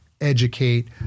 educate